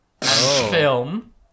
film